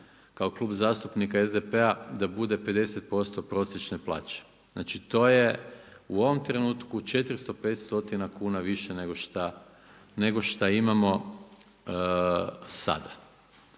kao Klub zastupnika SDP-a da bude 50% prosječne plaće, znači to je u ovom trenutku 400, 500 kuna više nego šta imamo sada.